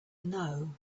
know